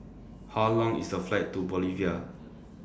How Long IS The Flight to Bolivia